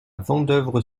vendeuvre